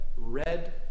red